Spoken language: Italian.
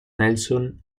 nelson